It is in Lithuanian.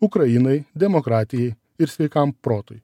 ukrainai demokratijai ir sveikam protui